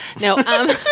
No